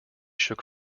shook